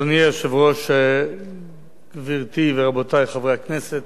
אדוני היושב-ראש, גברתי ורבותי חברי הכנסת,